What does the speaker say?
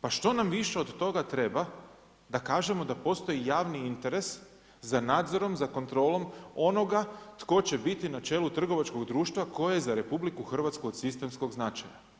pa što nam više od toga treba da kažemo da postoji javni interes za nadzorom, za kontrolom onoga tko će biti na čelu trgovačkog društva koje je za RH od sistemskog značaja?